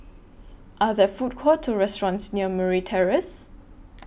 Are There Food Courts Or restaurants near Murray Terrace